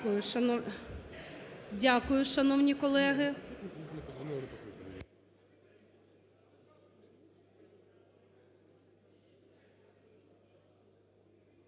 Дякую, шановні колеги.